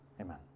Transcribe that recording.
amen